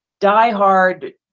diehard